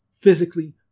physically